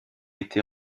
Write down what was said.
été